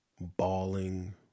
bawling